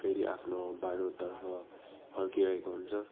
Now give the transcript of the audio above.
फेरि आफ्नो बाटोतर्फ फर्किरहेको हुन्छ